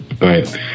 right